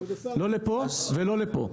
לא לפה ולא לפה.